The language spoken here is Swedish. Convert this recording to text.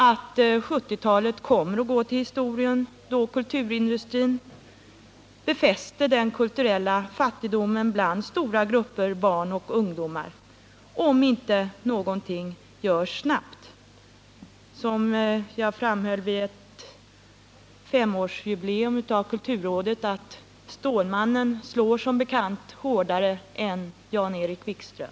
1970-talet kommer att gå till historien som den tid då kulturindustrin befäste den kulturella fattigdomen bland stora grupper barn och ungdomar — om inte någonting görs snabbt. Som jag framhöll vid kulturrådets femårsjubileum: Stålmannen slår som bekant hårdare än Jan-Erik Wikström.